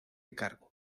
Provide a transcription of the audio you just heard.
cargo